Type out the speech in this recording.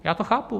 Já to chápu.